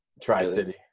Tri-City